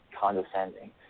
condescending